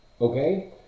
Okay